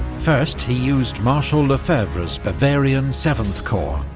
first, he used marshal lefebvre's bavarian seventh corps,